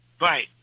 Right